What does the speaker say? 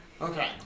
Okay